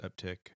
uptick